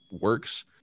works